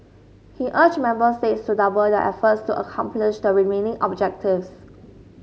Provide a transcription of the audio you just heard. he urged member states to double their efforts to accomplish the remaining objectives